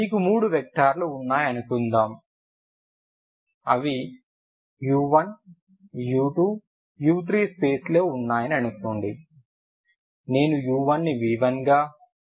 మీకు మూడు వెక్టర్లు ఉన్నాయనుకుందాం మరియు అవి u1 u2 u3 స్పేస్లో ఉన్నాయని అనుకోండి నేను u1ని v1 గా u2 ని v2గా చేస్తాను